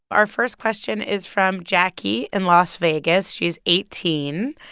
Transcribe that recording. our first question is from jackie in las vegas. she's eighteen,